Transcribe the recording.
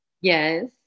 Yes